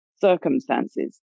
circumstances